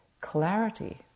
clarity